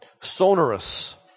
sonorous